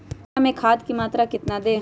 मक्का में खाद की मात्रा कितना दे?